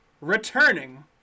returning